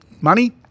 money